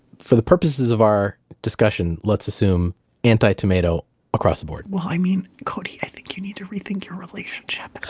for the purposes of our discussion, let's assume anti-tomato across the board well, i mean, cody, i think you need to rethink your relationship.